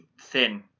thin